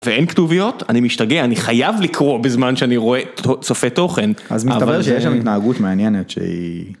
ואין כתוביות אני משתגע אני חייב לקרוא בזמן שאני רואה צופה תוכן. אז אתה אומר שיש שם התנהגות מעניינת שהיא